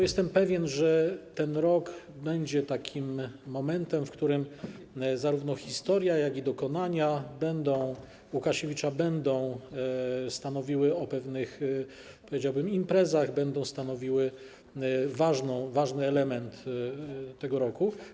Jestem pewien, że ten rok będzie takim momentem, w którym zarówno historia, jak i dokonania Łukasiewicza będą stanowiły o pewnych, powiedziałbym, imprezach, będą stanowiły ważny element tego roku.